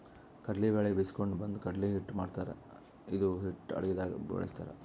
ಕಡ್ಲಿ ಬ್ಯಾಳಿ ಬೀಸ್ಕೊಂಡು ಬಂದು ಕಡ್ಲಿ ಹಿಟ್ಟ್ ಮಾಡ್ತಾರ್ ಇದು ಹಿಟ್ಟ್ ಅಡಗಿದಾಗ್ ಬಳಸ್ತಾರ್